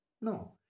No